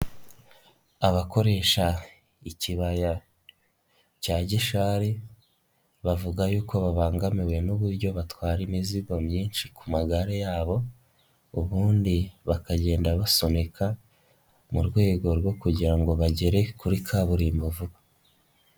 Abakoresha ikibaya cya Gishari bavuga yuko babangamiwe n'uburyo batwara imizigo myinshi ku magare yabo, ubundi bakagenda basunika mu rwego rwo kugira ngo bagere kuri kaburimbo vuba.